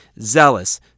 Zealous